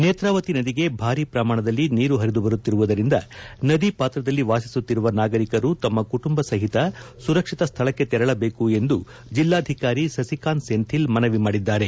ನೇತ್ರಾವತಿ ನದಿಗೆ ಭಾರೀ ಪ್ರಮಾಣದಲ್ಲಿ ನೀರು ಪರಿದು ಬರುತ್ತಿರುವುದರಿಂದ ನದಿ ಪಾತ್ರದಲ್ಲಿ ವಾಸಿಸುತ್ತಿರುವ ನಾಗರಿಕರು ತಮ್ಮ ಕುಟುಂಬ ಸಹಿತ ಸುರಕ್ಷಿತ ಸ್ಥಳಕ್ಕೆ ತೆರಳಬೇಕು ಎಂದು ಜಿಲ್ಲಾಧಿಕಾರಿ ಸಸಿಕಾಂತ್ ಸೆಂಧಿಲ್ ಮನವಿ ಮಾಡಿದ್ದಾರೆ